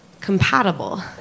compatible